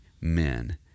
men